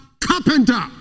carpenter